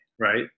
right